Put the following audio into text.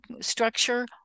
structure